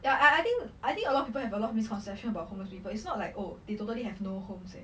ya I think I think a lot of people have a lot of misconception about homeless people it's not like oh they totally have no homes eh